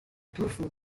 tofu